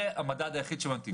זה המדד היחיד בשבילי.